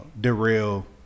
derail